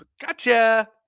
Gotcha